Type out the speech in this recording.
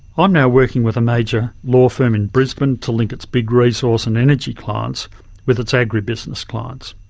um now working with a major law firm in brisbane to link its big resource and energy clients with its agribusiness clients.